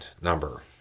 number